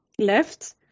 left